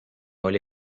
oli